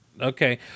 Okay